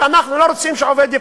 ואנחנו לא רוצים שעובד ייפגע.